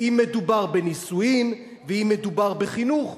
אם מדובר בנישואים ואם מדובר בחינוך.